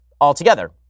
altogether